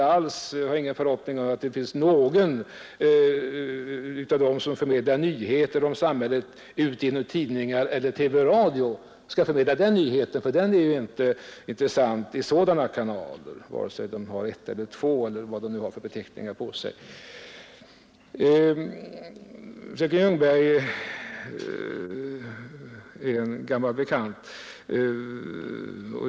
Jag har ingen förhoppning om att någon som förmedlar nyheter i tidningar eller i TV och radio skall ta upp denna nyhet, för den är ju inte intressant i sådana kanaler, vare sig de är betecknade med 1 eller 2 eller något annat. Fröken Ljungberg är gammal bekant.